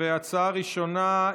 והצעה ראשונה,